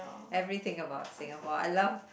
everything about Singapore I love